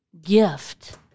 gift